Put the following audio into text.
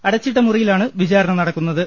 അടച്ചിട്ട മുറിയിലാണ് വിചാരണ നടക്കു ന്നത്